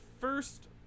first